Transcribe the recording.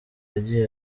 yagiye